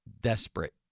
Desperate